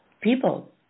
people